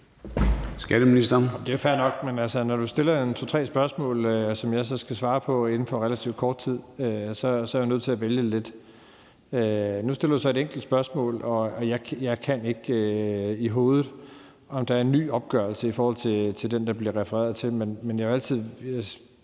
Skatteministeren (Jeppe Bruus): Det er fair nok, men når du stiller to-tre spørgsmål, som jeg så skal svare på inden for relativt kort tid, så er jeg nødt til at vælge lidt. Nu stiller du så et enkelt spørgsmål, og jeg har ikke i hovedet, om der er kommet en ny opgørelse i forhold til den, der bliver refereret til. Men jeg forsøger altid